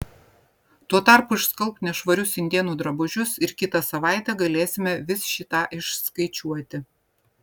tuo tarpu išskalbk nešvarius indėnų drabužius ir kitą savaitę galėsime vis šį tą išskaičiuoti